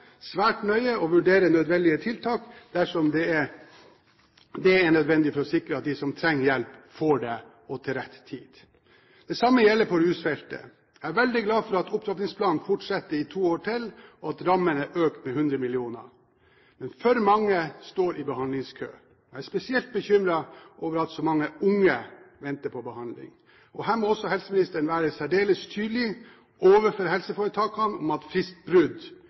svært nøye og vurdere nødvendige tiltak dersom det er nødvendig for å sikre at de som trenger hjelp, får det – og til rett tid. Det samme gjelder på rusfeltet. Jeg er veldig glad for at opptrappingsplanen fortsetter i to år til, og at rammene er økt med 100 mill. kr. Men for mange står i behandlingskø. Jeg er spesielt bekymret over at så mange unge venter på behandling. Her må også helseministeren være særdeles tydelig overfor helseforetakene på at